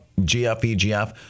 GFEGF